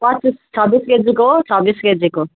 पच्चिस छब्बिस केजीको छब्बिस केजीको